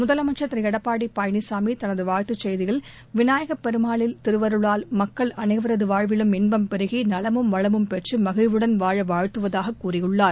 முதலமைச்சர் திரு எடப்பாடி பழனிசாமி தனது வாழ்த்துச் செய்தியில் விநாயகப் பெருமானின் திருவருளால் மக்கள் அனைவரது வாழ்விலும் இன்பம் பெருகி நலமும் வளமும் பெற்று மகிழ்வுடன் வாழ வாழ்த்துவதாக கூறியுள்ளார்